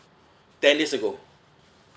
ten years ago